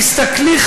תסתכלי,